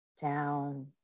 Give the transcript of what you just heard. down